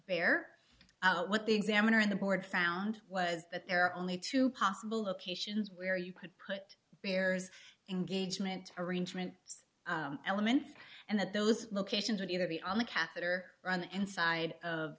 fair what the examiner in the board found was that there are only two possible locations where you could put bears engagement arrangement elements and that those locations would either be on a catheter on the inside of